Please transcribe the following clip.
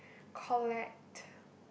collect